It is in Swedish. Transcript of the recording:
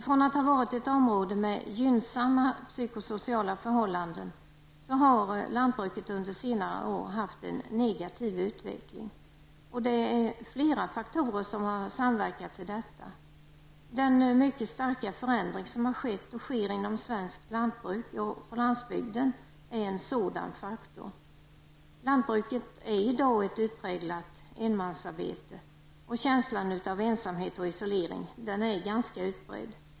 Tidigare var det ett område med gynnsamma psykosociala förhållanden, men under senare år har det haft en negativ utveckling. Flera faktorer har samverkat till detta. En faktor är den mycket starka förändring som har skett och sker på landsbygden och inom svenskt lantbruk. Lantbruket är i dag ett utpräglat enmansarbete. Känslan av ensamhet och isolering är ganska utbredd.